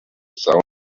sound